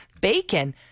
Bacon